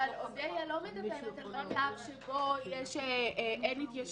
אודיה לא מדברת על מצב שבו אין התיישנות.